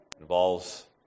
involves